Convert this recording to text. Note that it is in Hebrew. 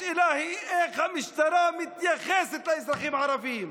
השאלה היא איך המשטרה מתייחסת לאזרחים הערבים.